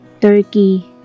Turkey